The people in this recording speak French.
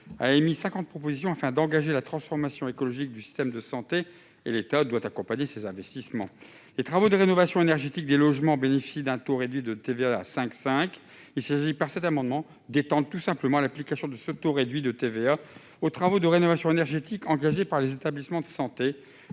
a émis 50 propositions afin d'engager la transformation écologique du système de santé. L'État doit accompagner ces investissements. Les travaux de rénovation énergétique des logements bénéficient d'un taux réduit de TVA à 5,5 %. Il s'agit, au travers de cet amendement, d'étendre l'application de ce taux réduit de TVA aux travaux de rénovation énergétique engagés par les établissements de santé,